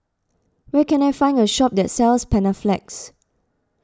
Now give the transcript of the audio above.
where can I find a shop that sells Panaflex